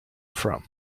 from